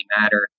matter